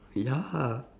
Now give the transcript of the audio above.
ya